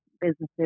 businesses